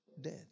Death